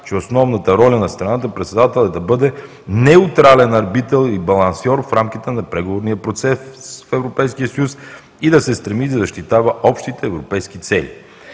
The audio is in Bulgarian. че основната роля на страната председател е да бъде неутрален арбитър и балансьор в рамките на преговорния процес в Европейския съюз и да се стреми да защитава общите европейски цели.